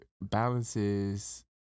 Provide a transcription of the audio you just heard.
balances